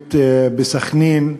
בפרויקט בסח'נין.